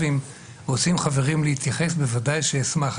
ואם רוצים חברים להתייחס בוודאי שאשמח.